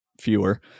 fewer